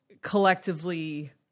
collectively